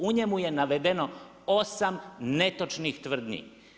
U njemu je navedeno 8 netočnih tvrdnju.